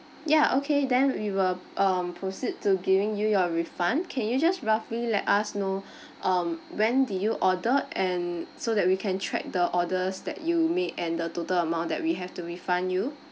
ya okay then we will um proceed to giving you your refund can you just roughly let us know um when did you order and so that we can track the orders that you made and the total amount that we have to refund you